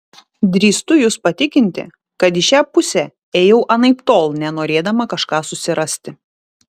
drįstu jus patikinti kad į šią pusę ėjau anaiptol ne norėdama kažką susirasti